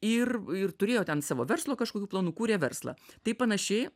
ir ir turėjo ten savo verslo kažkokių planų kūrė verslą tai panašiai